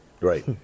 Right